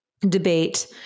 debate